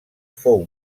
fou